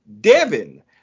Devin